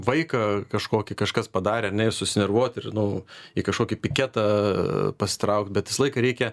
vaiką kažkokį kažkas padarė arne ir susinervuot ir nu į kažkokį piketą pasitraukt bet visą laiką reikia